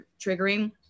triggering